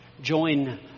Join